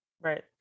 right